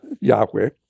Yahweh